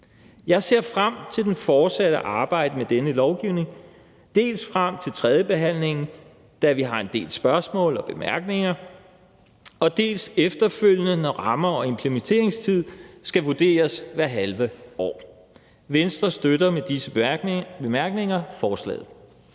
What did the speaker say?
Jeg ser frem til det fortsatte arbejde med denne lovgivning frem til tredjebehandlingen, da vi har en del spørgsmål og bemærkninger, og vi ser frem til, at rammer og implementeringstid efterfølgende skal vurderes hvert halve år. Venstre støtter med disse bemærkninger forslaget.